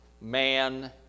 man